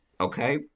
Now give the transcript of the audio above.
okay